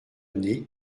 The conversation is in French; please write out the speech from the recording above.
nez